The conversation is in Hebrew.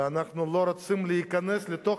ואנחנו לא רוצים להיכנס לתוך